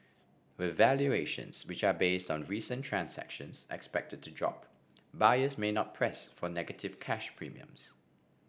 with valuations which are based on recent transactions expected to drop buyers may not press for negative cash premium